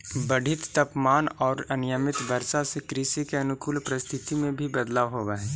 बढ़ित तापमान औउर अनियमित वर्षा से कृषि के अनुकूल परिस्थिति में भी बदलाव होवऽ हई